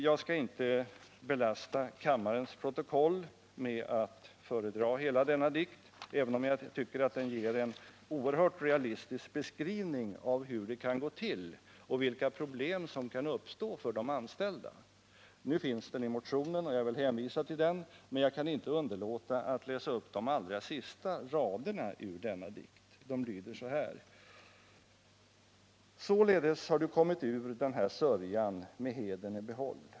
Jag skall inte belasta kammarens protokoll med att föredra hela denna dikt — även om jag tycker att den ger en oerhört realistisk beskrivning av hur det kan gå till och vilka problem som kan uppstå för de anställda. Nu finns den i motionen, och jag vill hänvisa till den, men jag kan inte underlåta att läsa upp de allra sista raderna ur denna dikt: ”-Således har du kommit ur den här sörjan med hedern i behåll.